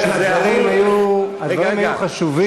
הדברים היו חשובים,